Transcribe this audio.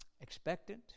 expectant